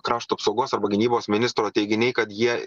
krašto apsaugos arba gynybos ministro teiginiai kad jie